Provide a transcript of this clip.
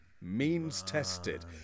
Means-tested